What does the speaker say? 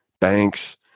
banks